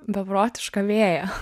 beprotišką vėją